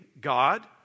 God